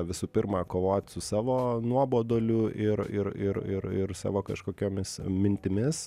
visų pirma kovot su savo nuoboduliu ir ir ir ir ir savo kažkokiomis mintimis